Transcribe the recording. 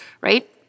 right